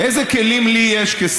איזה כלים יש לי כשר?